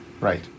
Right